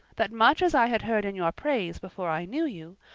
that much as i had heard in your praise before i knew you,